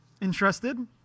Interested